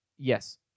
Yes